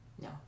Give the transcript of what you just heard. No